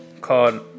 called